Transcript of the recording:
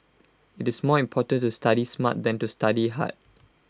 IT is more important to study smart than to study hard